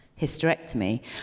hysterectomy